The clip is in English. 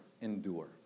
Endure